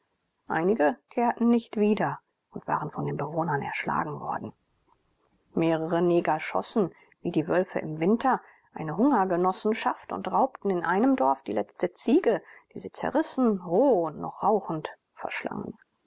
einige kehrten nicht wieder und waren von den bewohnern erschlagen worden mehrere neger schlossen wie die wölfe im winter eine hungergenossenschaft und raubten in einem dorf die letzte ziege die sie zerrissen roh und noch rauchend verschlangen